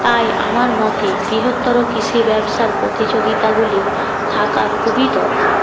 তাই আমার মতে বৃহত্তর কৃষি ব্যবসার প্রতিযোগিতাগুলি থাকা খুবই দরকার